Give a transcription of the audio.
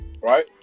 right